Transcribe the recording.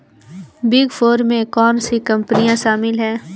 Big four में कौन सी कंपनियाँ शामिल हैं?